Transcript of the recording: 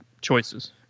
choices